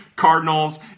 Cardinals